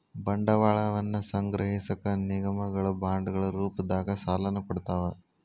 ಬಂಡವಾಳವನ್ನ ಸಂಗ್ರಹಿಸಕ ನಿಗಮಗಳ ಬಾಂಡ್ಗಳ ರೂಪದಾಗ ಸಾಲನ ಕೊಡ್ತಾವ